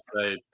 say